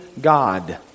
God